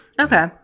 Okay